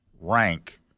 rank